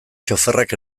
txoferrak